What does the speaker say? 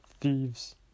Thieves